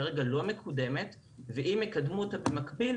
כרגע לא מקודמת ואם יקדמו אותה במקביל,